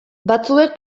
batzuek